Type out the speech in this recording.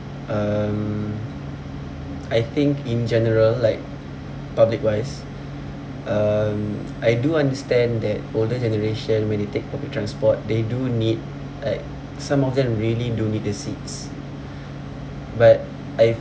um I think in general like public wise um I do understand that older generation when they take public transport they do need like some of them really do need the seats but I